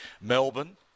Melbourne